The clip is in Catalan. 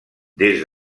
des